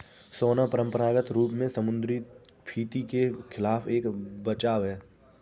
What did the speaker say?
सोना परंपरागत रूप से मुद्रास्फीति के खिलाफ एक बचाव है